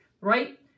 right